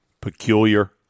peculiar